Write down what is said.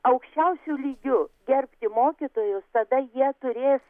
aukščiausiu lygiu gerbti mokytojus tada jie turės